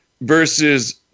versus